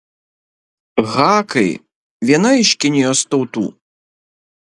hakai viena iš kinijos tautų